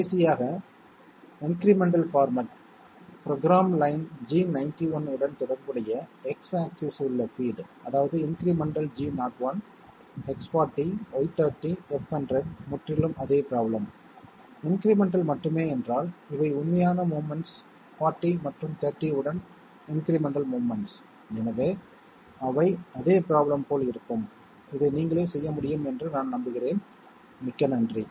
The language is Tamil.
கடைசியாக incremental format program line G91 உடன் தொடர்புடைய X ஆக்ஸிஸ் உள்ள பீட் அதாவது incremental G01 X40 Y30 F100 முற்றிலும் அதே ப்ரோப்லேம் இன்க்ரிமெண்டல் மட்டுமே என்றால் இவை உண்மையான மோவ்மென்ட்ஸ் 40 மற்றும் 30 உடன் இன்க்ரிமெண்டல் மோவ்மென்ட்ஸ் எனவே அவை அதே ப்ரோப்லேம் போல் இருக்கும் இதை நீங்களே செய்ய முடியும் என்று நான் நம்புகிறேன் மிக்க நன்றி